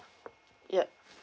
yup